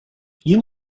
you